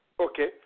Okay